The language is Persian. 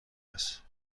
است